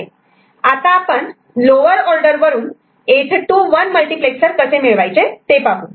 आता आपण lower order multiplexer वरून 8 to 1मल्टिप्लेक्सर कसे मिळवायचे ते पाहू